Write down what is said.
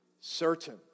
certain